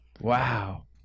Wow